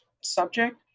subject